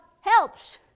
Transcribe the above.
helps